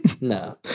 No